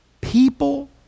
People